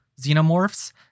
xenomorphs